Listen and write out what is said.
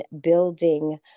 building